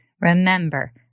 remember